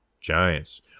GIANTS